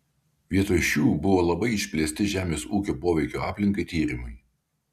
vietoj šių buvo labai išplėsti žemės ūkio poveikio aplinkai tyrimai